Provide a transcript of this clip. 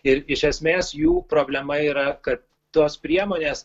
ir iš esmės jų problema yra kad tos priemonės